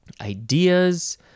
Ideas